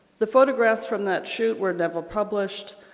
the photographs from that shoot were never published.